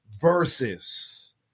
versus